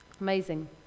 Amazing